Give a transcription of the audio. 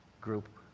group.